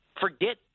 forget